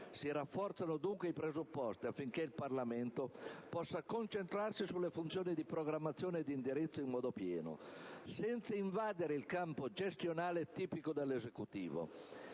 Si rafforzano dunque i presupposti affinché il Parlamento possa concentrarsi sulle funzioni di programmazione e di indirizzo in modo pieno, senza invadere il campo gestionale tipico dell'Esecutivo,